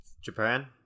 japan